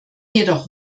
jedoch